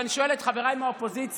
אני שואל את חבריי מהאופוזיציה,